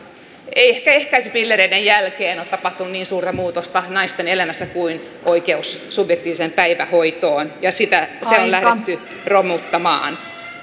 ei ehkä ehkäisypillereiden jälkeen ole tapahtunut niin suurta muutosta naisten elämässä kuin oikeus subjektiiviseen päivähoitoon ja sitä on lähdetty romuttamaan